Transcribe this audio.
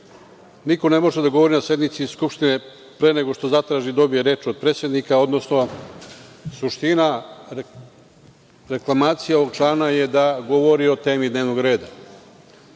Niko ne može da govori na sednici Skupštine pre nego što zatraži i dobije reč od predsednika, odnosno suština reklamacije ovog člana je da govori o temi dnevnog reda. Zbog